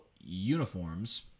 uniforms